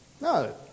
No